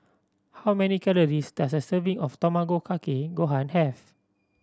how many calories does a serving of Tamago Kake Gohan have